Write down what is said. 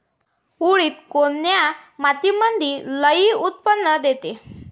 उडीद कोन्या मातीमंदी लई उत्पन्न देते?